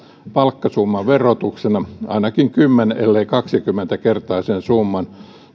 palkkasummaverotuksena ainakin kymmenen ellei kaksikymmentä kertaisen summan